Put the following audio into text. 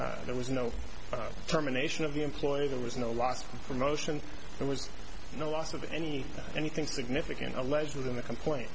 there was no terminations of the employee there was no loss for motion there was no loss of anything anything significant alleged within the complaint